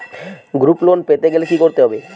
Group loan পেতে গেলে কি করতে হবে?